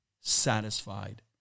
satisfied